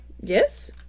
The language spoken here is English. Yes